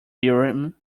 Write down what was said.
theorem